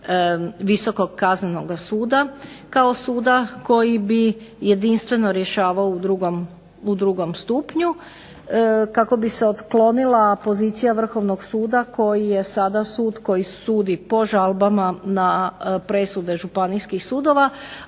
Visokog kaznenog suda kao suda koji bi jedinstveno rješavao u drugom stupnju, kako bi se otklonila pozicija Vrhovnog suda koji je sada sud koji sudi po žalbama na presude županijskih sudova,